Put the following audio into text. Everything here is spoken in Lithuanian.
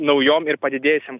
naujom ir padidėjusiom